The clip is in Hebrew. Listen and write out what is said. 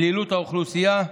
דלילות האוכלוסייה,